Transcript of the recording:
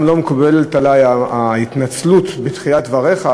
גם לא מקובלת עלי ההתנצלות בתחילת דבריך,